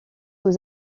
aux